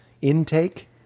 Intake